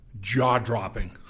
jaw-dropping